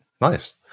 Nice